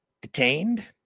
detained